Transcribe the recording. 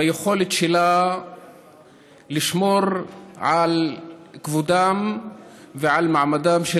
ביכולת שלה לשמור על כבודם ועל מעמדם של